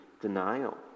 denial